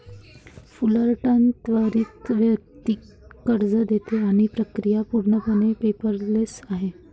Fullerton त्वरित वैयक्तिक कर्ज देते आणि प्रक्रिया पूर्णपणे पेपरलेस आहे